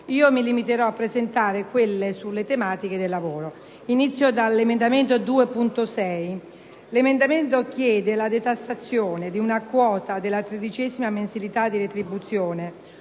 Mi limiterò a presentare quelle sulle tematiche del lavoro. Inizio dall'emendamento 2.6, che chiede la detassazione di una quota della tredicesima mensilità di retribuzione.